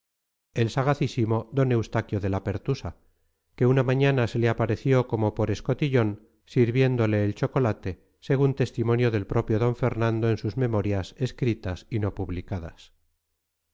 el sagacísimo d eustaquio de la pertusa que una mañana se le apareció como por escotillón sirviéndole el chocolate según testimonio del propio d fernando en sus memorias escritas y no publicadas